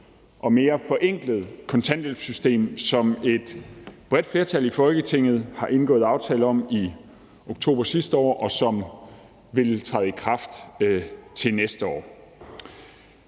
og mere forenklet kontanthjælpssystem, som et bredt flertal i Folketinget indgik i oktober sidste år, og som vil træde i kraft til næste år,